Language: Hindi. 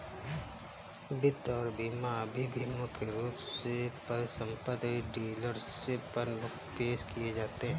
वित्त और बीमा अभी भी मुख्य रूप से परिसंपत्ति डीलरशिप पर पेश किए जाते हैं